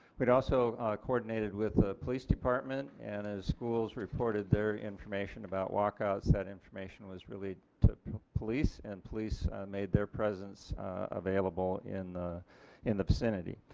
but also coordinated with the police department and schools reported their information about walkouts, that information was relayed to police and police made their presence available in the in the vicinity.